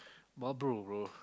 Marlboro bro